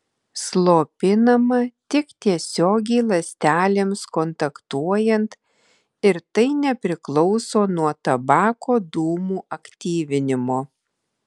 slopinama tik tiesiogiai ląstelėms kontaktuojant ir tai nepriklauso nuo tabako dūmų aktyvinimo